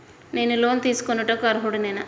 నేను లోన్ తీసుకొనుటకు అర్హుడనేన?